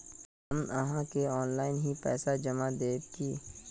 हम आहाँ के ऑनलाइन ही पैसा जमा देब की?